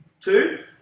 Two